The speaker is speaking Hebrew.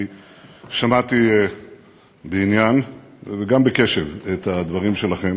שמעתי בעניין וגם בקשב את הדברים שלכם,